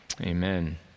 Amen